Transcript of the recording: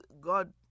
God